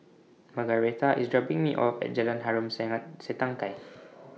Margaretha IS dropping Me off At Jalan Harom Setangkai